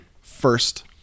first